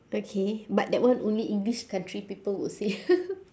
okay but that one only english country people would say